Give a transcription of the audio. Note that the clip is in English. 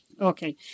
Okay